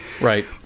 right